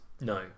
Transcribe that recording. No